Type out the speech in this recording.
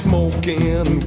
Smoking